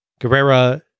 Guerrera